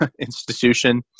institution